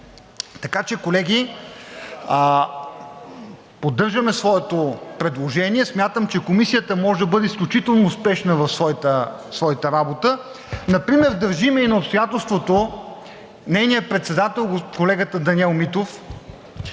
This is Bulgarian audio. петрола. Колеги, поддържаме своето предложение и смятам, че Комисията може да бъде изключително успешна в своята работа. Например държим и на обстоятелството нейният председател, колегата Даниел Митов,